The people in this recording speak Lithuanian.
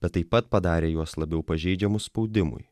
bet taip pat padarė juos labiau pažeidžiamus spaudimui